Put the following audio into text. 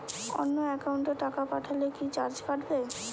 অন্য একাউন্টে টাকা পাঠালে কি চার্জ কাটবে?